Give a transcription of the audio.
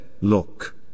Look